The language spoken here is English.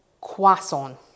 croissant